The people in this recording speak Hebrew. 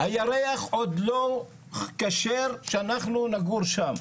הירח עוד לא כשר שאנחנו נגור שם.